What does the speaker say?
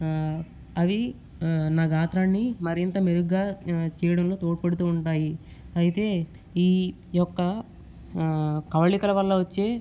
ఆ అవి నా గాత్రాన్ని మరింత మెరుగ్గా చేయడంలో తోడ్పడుతూ ఉంటాయి అయితే ఈయొక్క ఆ కవళికల వల్ల వచ్చే